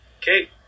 Kate